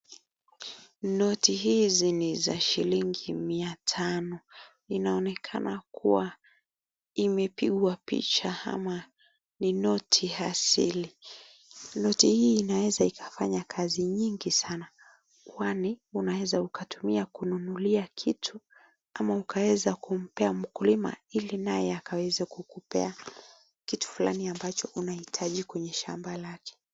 Noti hizi ni za shilingi mia tano inaonekana kuwa imepigwa picha ama ni noti asili. Noti hii inaweza ikafanya kazi mingi sana kwani unaweza ukatumia kununulia kitu ama ukaweza kumpea mkulima ili naye akaweze kukupea kitu fulani unachohitaji kwenye shamba lake.